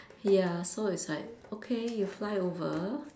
ya so is like okay you fly over